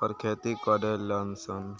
पर खेती करेलन सन